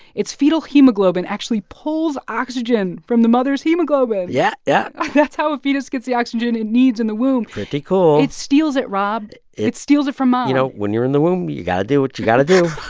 its fetal hemoglobin actually pulls oxygen from the mother's hemoglobin yeah, yeah that's how a fetus gets the oxygen it needs in the womb pretty cool it steals it, rob. it steals it from mom you know, when you're in the womb, you you got to do what you got to do